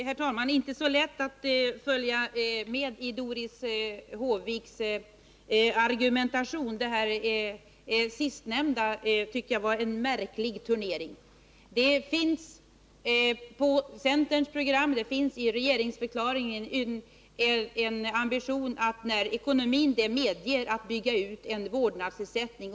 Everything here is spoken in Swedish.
Herr talman! Det är inte så lätt att följa med i Doris Håviks argumentation. Det sistnämnda var en märklig turnering. Det finns på centerns program och det finns i regeringsförklaringen uttryckt en ambition att vi, när ekonomin medger det, skall bygga ut en vårdnadsersättning.